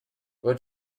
what